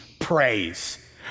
praise